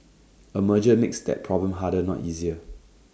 A merger makes that problem harder not easier